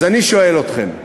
אז אני שואל אתכם: